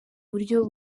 buryo